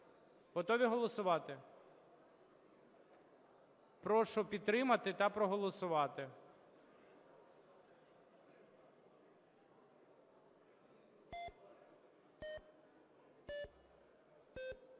Готові голосувати? Прошу підтримати та проголосувати.